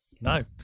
no